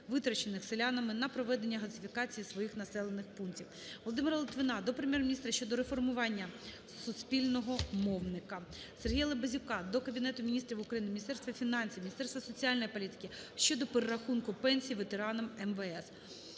витрачених селянами на проведення газифікації своїх населених пунктів. Володимира Литвина до Прем'єр-міністра щодо реформування суспільного мовника. СергіяЛабазюка до Кабінету Міністрів України, Міністерства фінансів, Міністерства соціальної політики щодо перерахунку пенсій ветеранам МВС.